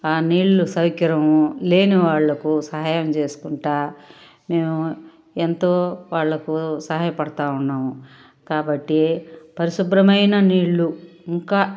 నీళ్ళు సౌకరము లేనివాళ్ళకు సహాయం చేసుకుంటు మేము ఎంతో వాళ్ళకు సహాయపడతా ఉన్నాము కాబట్టి పరిశుభ్రమైన నీళ్ళు ఇంకా